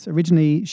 Originally